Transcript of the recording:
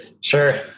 Sure